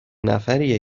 نفریه